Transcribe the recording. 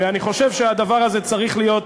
ואני חושב שהדבר הזה צריך להימחק,